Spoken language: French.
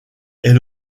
est